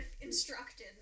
instructed